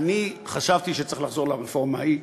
אני חשבתי שצריך לחזור לרפורמה ההיא.